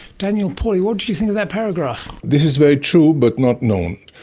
daniel pauly, what do do you think of that paragraph? this is very true but not known.